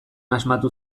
asmatu